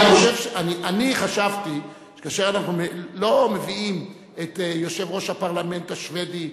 אני חשבתי שכאשר אנחנו מביאים את יושב-ראש הפרלמנט השבדי,